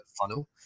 funnel